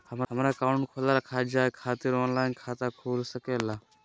हमारा अकाउंट खोला रखा जाए खातिर ऑनलाइन खाता खुल सके ला?